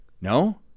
no